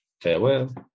farewell